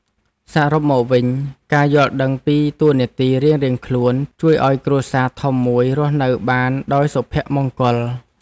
សរុបមកវិញ ការយល់ដឹងពីតួនាទីរៀងៗខ្លួនជួយឱ្យគ្រួសារធំមួយរស់នៅបានដោយសុភមង្គល។